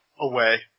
Away